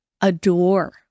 adore